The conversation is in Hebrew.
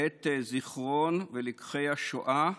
את זיכרון ולקחי השואה,